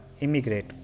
immigrate